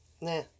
Nah